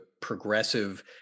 progressive